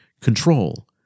control